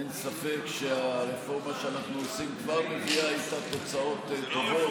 אין ספק שהרפורמה שאנחנו עושים כבר מביאה איתה תוצאות טובות,